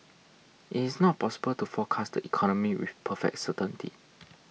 it is not possible to forecast the economy with perfect certainty